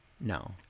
no